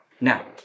Now